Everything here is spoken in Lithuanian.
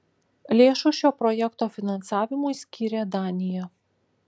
lėšų šio projekto finansavimui skyrė danija